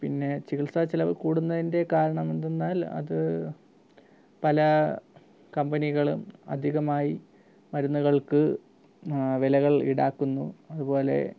പിന്നെ ചികിത്സാ ചെലവ് കൂടുന്നതിൻ്റെ കാരണം എന്തെന്നാൽ അത് പല കമ്പനികളും അധികമായി മരുന്നുകൾക്ക് വിലകൾ ഈടാക്കുന്നു അതുപോലെ